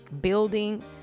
building